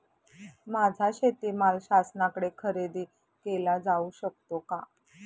माझा शेतीमाल शासनाकडे खरेदी केला जाऊ शकतो का?